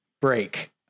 break